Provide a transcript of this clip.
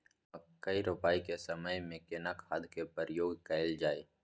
मकई रोपाई के समय में केना खाद के प्रयोग कैल जाय?